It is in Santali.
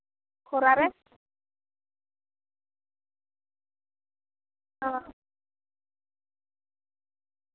ᱠᱷᱚᱨᱟ ᱨᱮ ᱚᱻ